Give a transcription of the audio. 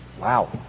Wow